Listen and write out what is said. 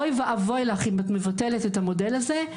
אוי ואבוי לך אם את מבטלת את המודל הזה,